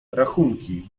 rachunki